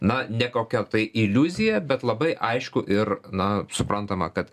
na ne kokia tai iliuzija bet labai aišku ir na suprantama kad